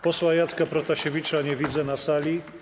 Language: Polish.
Posła Jacka Protasiewicza nie widzę na sali.